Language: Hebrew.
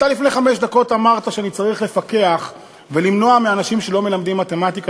לפני חמש דקות אמרת שאני צריך לפקח ולמנוע מאנשים שלא מלמדים מתמטיקה,